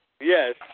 Yes